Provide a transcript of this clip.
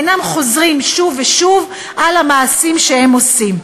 אינם חוזרים שוב ושוב על המעשים שהם עשו.